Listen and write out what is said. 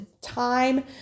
time